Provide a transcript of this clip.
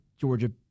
Georgia